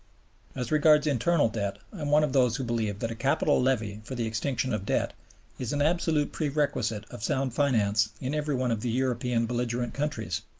as regards internal debt, i am one of those who believe that a capital levy for the extinction of debt is an absolute prerequisite of sound finance in everyone of the european belligerent countries.